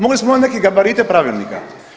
Mogli smo imati neke gabarite pravilnika.